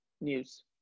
news